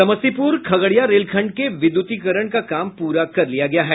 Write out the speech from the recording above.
समस्तीपूर खगड़िया रेलखंड के विद्युतीकरण का काम पूरा कर लिया गया है